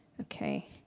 Okay